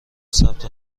ثبت